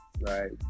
Right